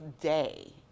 day